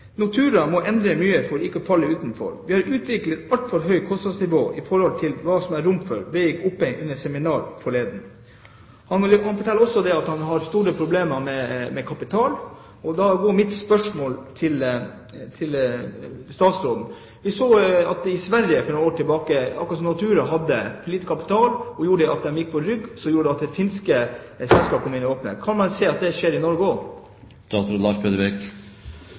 må endre mye for å ikke falle utenfor. Vi har utviklet et altfor høyt kostnadsnivå i forhold til hva det er rom for, vedgikk Opheim under et seminar i Oslo forleden.» Opheim forteller også at det er store problemer med kapital. Mitt spørsmål til statsråden gjelder følgende: I Sverige hadde man for noen år siden akkurat som Nortura for lite kapital. Det gjorde at de gikk på ryggen, noe som førte til at finske selskaper kom inn. Vil dette kunne skje også i Norge?